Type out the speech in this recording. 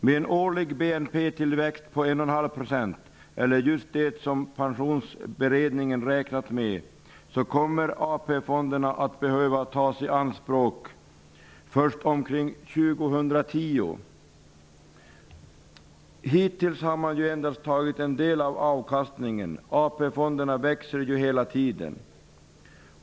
Vid en årlig BNP-tillväxt på 1,5 %, just det som Pensionsberedningen har räknat med, kommer AP-fonderna att behöva tas i anspråk först omkring Hittills har man endast tagit en del av avkastningen. AP-fonderna växer hela tiden.